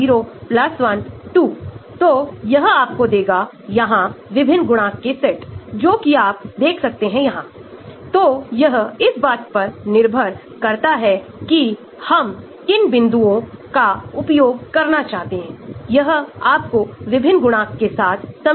अगर आप सल्फेनिलमाइड की एंटी बैक्टीरियल गतिविधि को देखते हैं तो इन्हें सल्फिलामाइड कहा जाता है